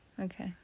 Okay